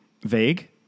Vague